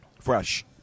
fresh